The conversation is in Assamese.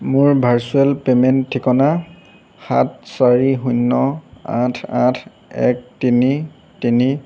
মোৰ ভাৰ্চুৱেল পে'মেণ্ট ঠিকনা সাত চাৰি শূন্য আঠ আঠ এক তিনি তিনি